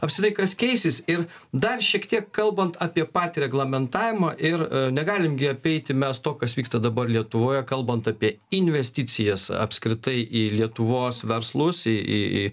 apskritai kas keisis ir dar šiek tiek kalbant apie patį reglamentavimą ir negalim gi apeiti mes to kas vyksta dabar lietuvoje kalbant apie investicijas apskritai į lietuvos verslus į į į